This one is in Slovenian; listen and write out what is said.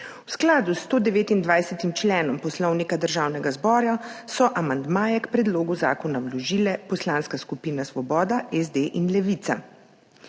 V skladu s 129. členom Poslovnika Državnega zbora so amandmaje k predlogu zakona vložile poslanske skupina Svoboda, SD in Levica.